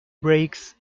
brakes